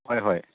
হয় হয়